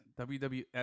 WWF